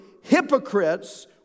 hypocrites